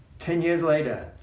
ten years later,